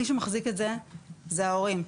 נבקש את זה עוד היום.